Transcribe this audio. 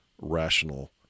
rational